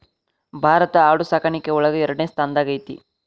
ಭಾರತಾ ಆಡು ಸಾಕಾಣಿಕೆ ಒಳಗ ಎರಡನೆ ಸ್ತಾನದಾಗ ಐತಿ